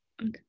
Okay